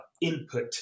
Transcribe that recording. input